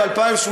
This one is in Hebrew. ב-2018,